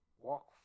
walk